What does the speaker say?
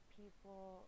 people